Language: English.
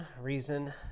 reason